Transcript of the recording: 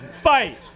Fight